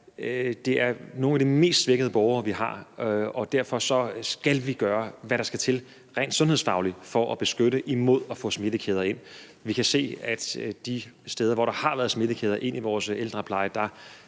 det er nogle af de mest svækkede borgere, vi har, og derfor skal vi gøre hvad der skal til rent sundhedsfagligt, for at beskytte imod at få smittekæder ind – og det ved jeg at alle ordførerne også deler. Vi kan se, at de steder, hvor der har været smittekæder i vores ældrepleje,